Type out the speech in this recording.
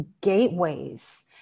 gateways